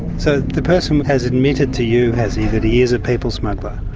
so the person but has admitted to you, has he, that he is a people smuggler?